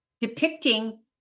depicting